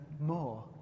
more